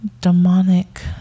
demonic